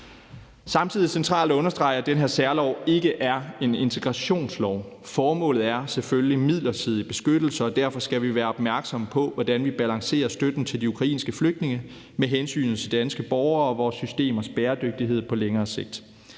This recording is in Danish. Samtidig er det centralt at understrege, at den her særlov ikke er en integrationslov. Formålet er selvfølgelig midlertidig beskyttelse, og derfor skal vi være opmærksomme på, hvordan vi balancerer støtten til de ukrainske flygtninge med hensynet til danske borgere og vores systemers bæredygtighed på længere sigt.